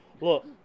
Look